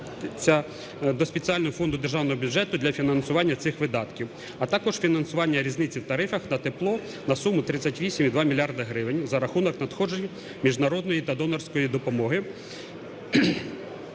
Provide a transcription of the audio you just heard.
до Спеціального фонду державного бюджету для фінансування цих видатків, а також фінансування різниці в тарифах на тепло на суму 38,2 мільярда гривень за рахунок надходження міжнародної та донорської допомоги,